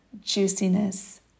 juiciness